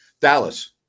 Dallas